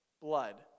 Blood